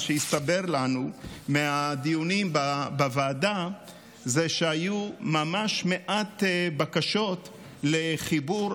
מה שהסתבר לנו מהדיונים בוועדה זה שהיו ממש מעט בקשות לחיבור,